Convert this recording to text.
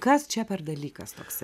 kas čia per dalykas toksai